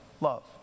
Love